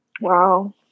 Wow